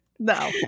No